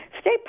stay